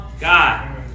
God